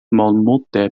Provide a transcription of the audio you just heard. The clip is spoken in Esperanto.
malmulte